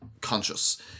conscious